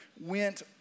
went